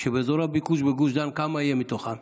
ואזור הביקוש בגוש דן, כמה יהיה מתוכם?